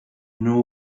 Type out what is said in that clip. know